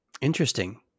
interesting